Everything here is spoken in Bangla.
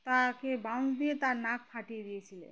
তাকে বাউন্স দিয়ে তার নাক ফাটিয়ে দিয়েছিলেন